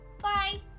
Bye